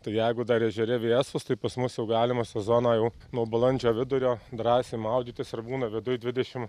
tai jeigu dar ežere vėsus tai pas mus jau galima sezoną jau nuo balandžio vidurio drąsiai maudytis ir būna viduj dvidešimt